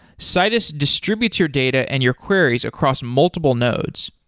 citus distributes your data and your queries across multiple nodes.